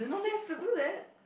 you have to do that